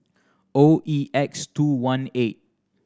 O E X two one eight